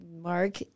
mark